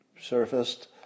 surfaced